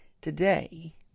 today